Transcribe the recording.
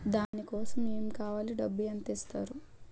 దాని కోసం ఎమ్ కావాలి డబ్బు ఎంత ఇస్తారు?